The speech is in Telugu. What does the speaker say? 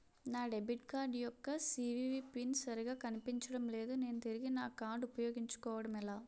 నా డెబిట్ కార్డ్ యెక్క సీ.వి.వి పిన్ సరిగా కనిపించడం లేదు నేను తిరిగి నా కార్డ్ఉ పయోగించుకోవడం ఎలా?